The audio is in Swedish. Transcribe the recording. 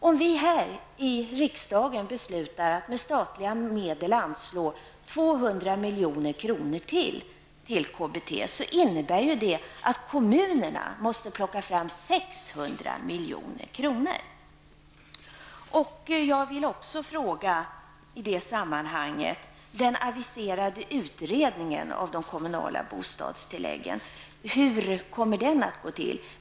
Om vi här i riksdagen beslutar att med statliga medel anslå ytterligare 200 milj.kr. till KBT, innebär ju detta att kommunerna måste plocka fram 600 milj.kr. I detta sammanhang vill jag också fråga: Hur kommer den aviserade utredningen av de kommunala bostadstilläggen att se ut?